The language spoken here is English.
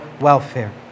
welfare